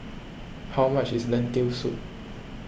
how much is Lentil Soup